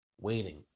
waiting